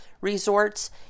resorts